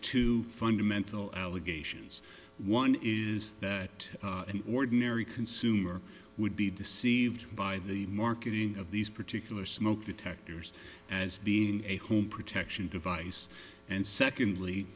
two fundamental allegations one is that an ordinary consumer would be deceived by the marketing of these particular smoke detectors as being a home protection device and secondly